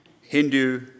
Hindu